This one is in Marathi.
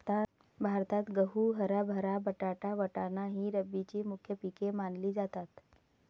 भारतात गहू, हरभरा, बटाटा, वाटाणा ही रब्बीची मुख्य पिके मानली जातात